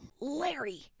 Larry